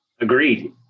Agreed